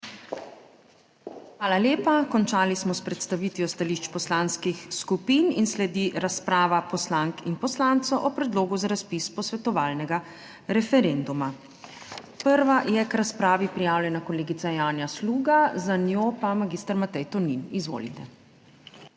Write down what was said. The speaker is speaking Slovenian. Hvala lepa. Končali smo s predstavitvijo stališč poslanskih skupin in sledi razprava poslank in poslancev o Predlogu za razpis posvetovalnega referenduma. Prva je k razpravi prijavljena kolegica Janja Sluga, za njo pa magister Matej Tonin. Izvolite.